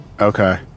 Okay